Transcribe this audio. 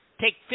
take